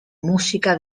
música